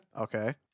Okay